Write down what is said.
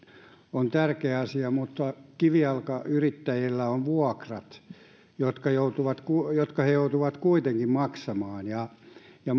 on tärkeä asia vaan kivijalkayrittäjillä on vuokrat jotka he joutuvat kuitenkin maksamaan ja ja